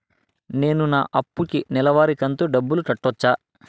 నేను నా అప్పుకి నెలవారి కంతు డబ్బులు కట్టొచ్చా?